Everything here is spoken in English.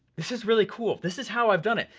this is really cool, this is how i've done it.